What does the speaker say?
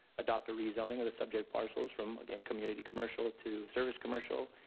adopt the rezoning of the subject parcels from again community commercial to service commercial,